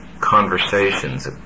conversations